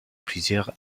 plusieurs